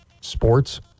sports